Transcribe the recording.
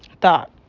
Thought